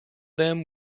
them